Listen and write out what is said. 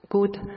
good